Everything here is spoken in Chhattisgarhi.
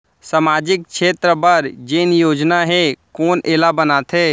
सामाजिक क्षेत्र बर जेन योजना हे कोन एला बनाथे?